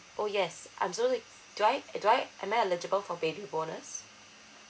oh yes I'm so do I uh do i am I eligible for baby bonus